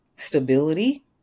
Stability